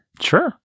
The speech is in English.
sure